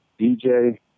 DJ